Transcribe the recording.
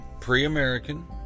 pre-American